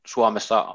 Suomessa